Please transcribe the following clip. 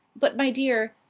but, my dear,